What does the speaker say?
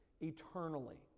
eternally